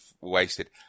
wasted